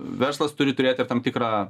verslas turi turėti ir tam tikrą